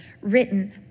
written